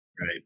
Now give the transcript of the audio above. Right